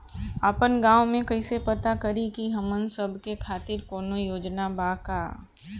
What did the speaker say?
आपन गाँव म कइसे पता करि की हमन सब के खातिर कौनो योजना बा का?